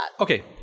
Okay